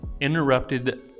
interrupted